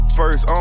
first